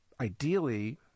Ideally